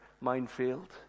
minefield